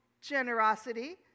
generosity